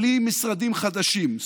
בלי משרדים חדשים,